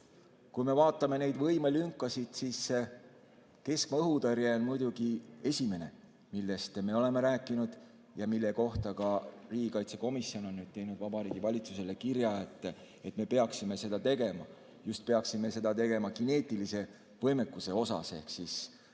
Kui me vaatame neid võimelünkasid, siis keskmaa õhutõrje on muidugi esimene, millest me oleme rääkinud ja mille kohta ka riigikaitsekomisjon on teinud Vabariigi Valitsusele kirja, et me peaksime seda tegema. Me peaksime seda tegema kineetilise võimekuse puhul ehk